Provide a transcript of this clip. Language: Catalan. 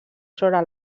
sobre